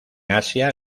asia